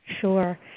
Sure